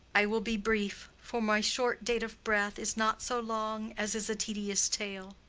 i will be brief, for my short date of breath is not so long as is a tedious tale.